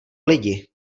lidi